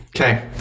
Okay